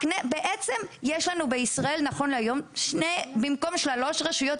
בעצם יש בישראל נכון להיות במקום שלוש רשויות,